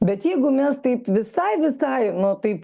bet jeigu mes taip visai visai nu taip